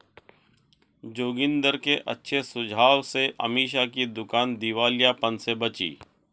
जोगिंदर के अच्छे सुझाव से अमीषा की दुकान दिवालियापन से बची